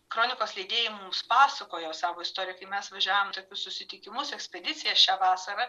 kronikos leidėjam pasakojo savo istoriją kai mes važiavom į tokius susitikimus ekspediciją šią vasarą